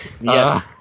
Yes